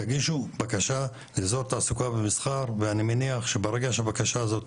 תגישו בקשה אזור תעסוקה ומסחר ואני מניח שברגע שהבקשה הזאת